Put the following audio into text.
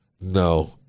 no